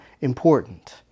important